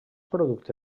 producte